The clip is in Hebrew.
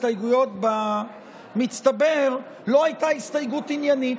ההסתייגויות במצטבר לא הייתה הסתייגות עניינית.